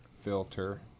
filter